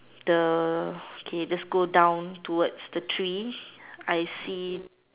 the okay let's go down towards the tree I see